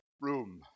room